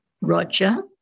Roger